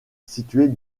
située